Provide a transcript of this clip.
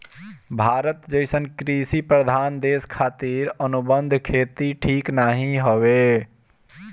भारत जइसन कृषि प्रधान देश खातिर अनुबंध खेती ठीक नाइ हवे